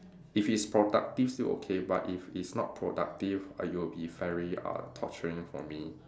if it's productive still okay but if it's not productive uh it will be very uh torturing for me